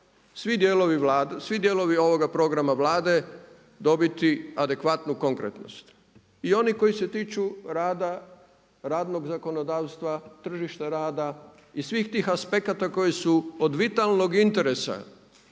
svi dijelovi ovoga programa Vlade dobiti adekvatnu konkretnost i oni koji se tiču rada, radnog zakonodavstva, tržišta rada i svih tih aspekata koji su od vitalnog interesa